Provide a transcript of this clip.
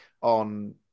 on